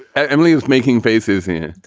ah emily is making faces in.